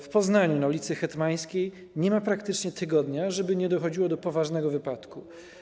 W Poznaniu na ul. Hetmańskiej nie ma praktycznie tygodnia, żeby nie dochodziło do poważnego wypadku.